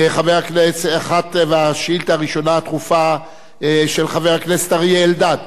היא השאילתא הדחופה הראשונה של חבר הכנסת אריה אלדד,